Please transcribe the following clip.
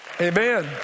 Amen